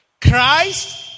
Christ